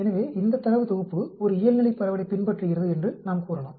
எனவே இந்த தரவு தொகுப்பு ஒரு இயல்நிலைப் பரவலைப் பின்பற்றுகிறது என்று நாம் கூறலாம்